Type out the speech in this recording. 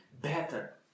better